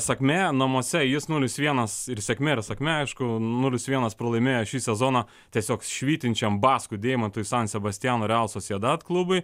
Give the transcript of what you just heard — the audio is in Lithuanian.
sakmė namuose jis nulis vienas ir sėkmė ar sakmė aišku nulis vienas pralaimėjo šį sezoną tiesiog švytinčiom baskų deimantu san sebastiano real sociedad klubui